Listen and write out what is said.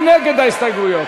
מי נגד ההסתייגויות?